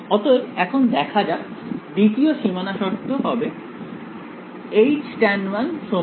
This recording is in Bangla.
অতএব এখন দেখা যাক দ্বিতীয় সীমানা শর্ত হবে Htan1 Htan2